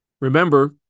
Remember